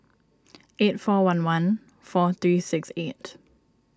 eight four one one four three six eight